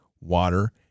water